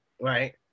right